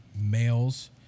males